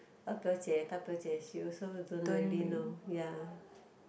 二表姐：er biao jie 大表姐：da biao jie she also don't really know ya